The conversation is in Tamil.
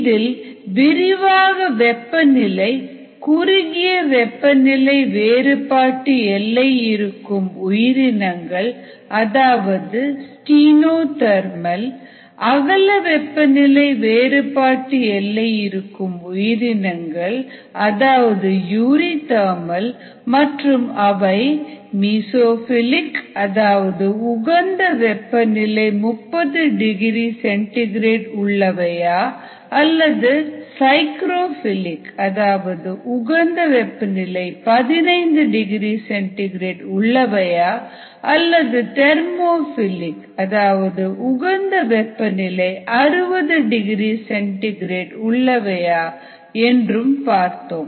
இதில் விரிவாக வெப்பநிலை குறுகிய வெப்பநிலை வேறுபாட்டு எல்லை இருக்கும் உயிரினங்கள் அதாவது ஸ்டினோதெர்மல் அகல வெப்பநிலை வேறுபாட்டு எல்லை இருக்கும் உயிரினங்கள் அதாவது யூரி தெர்மல் மற்றும் அவை மீசோஃபிலிக் அதாவது உகந்த வெப்பநிலை 30 டிகிரி சென்டிகிரேட் உள்ளவையா அல்லது சைக்ரோஃபிலிக் அதாவது உகந்த வெப்பநிலை 15 டிகிரி சென்டிகிரேட் உள்ளவையா அல்லது தெர்மோஃபிலிக் அதாவது உகந்த வெப்பநிலை 60 டிகிரி சென்டிகிரேட் உள்ளவையா என்றும் பார்த்தோம்